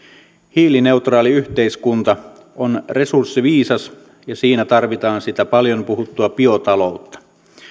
hiilineutraali yhteiskunta on resurssiviisas ja siinä tarvitaan sitä paljon puhuttua biotaloutta